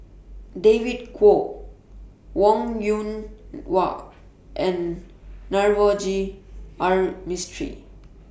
David Kwo Wong Yoon Wah and Navroji R Mistri